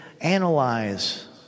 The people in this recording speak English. analyze